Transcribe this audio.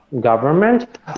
government